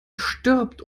stirbt